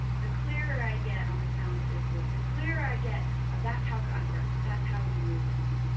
the clearer i get on the sound of his voice, the clearer i get of that's how god works, that's how he moves.